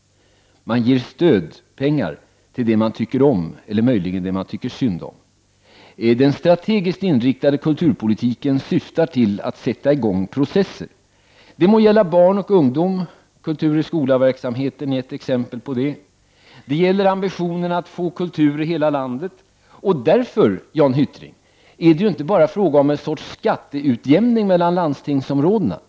Man ger stöd, pengar till det man tycker om, eller möjligen det man tycker synd om. Den strategiskt inriktade kulturpolitiken syftar till att sätta i gång processer. Det må gälla barn och ungdom — kultur-i-skola-verksamheten är ett exempel på det — det gäller ambitionen att få kultur i hela landet, och därför, Jan Hyttring, är det inte bara fråga om en sorts skatteutjämning mellan landstingsområdena.